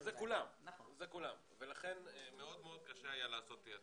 זה כולם, ולכן מאוד מאוד היה קשה לעשות תעדוף.